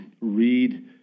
read